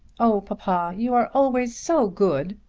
oh papa, you are always so good.